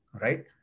Right